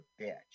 bitch